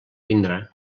vindrà